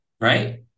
right